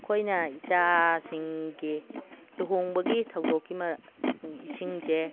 ꯑꯩꯈꯣꯏꯅ ꯏꯆꯥꯁꯤꯡꯒꯤ ꯂꯨꯍꯣꯡꯕꯒꯤ ꯊꯧꯗꯣꯛꯀꯤ ꯏꯁꯤꯡꯁꯦ